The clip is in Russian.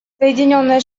соединенные